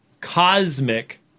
cosmic